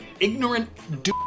Ignorant